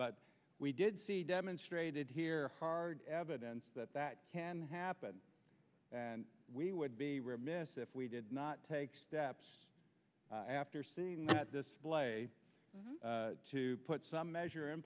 but we did see demonstrated here hard evidence that that can happen and we would be remiss if we did not take steps after seeing this play to put some measure in